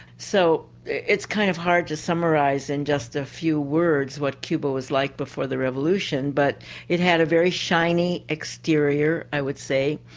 so it's kind of hard to summarise in just a few words what cuba was like before the revolution, but it had a very shiny exterior, i would say.